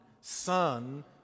Son